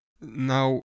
now